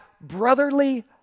brotherly